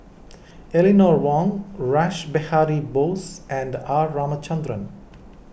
Eleanor Wong Rash Behari Bose and R Ramachandran